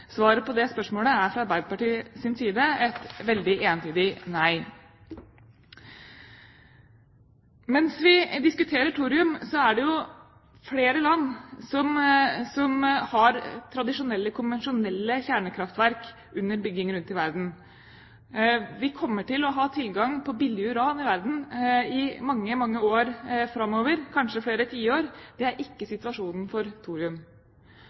Svaret på det spørsmålet er fra Arbeiderpartiets side et veldig entydig nei. Mens vi diskuterer thorium, er det flere land som har tradisjonelle konvensjonelle kjernekraftverk under bygging rundt om i verden. Vi kommer til å ha tilgang på billig uran i verden i mange, mange år framover, kanskje flere tiår. Det er ikke situasjonen for